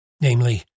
Namely